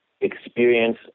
experience